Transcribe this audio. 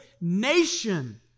nation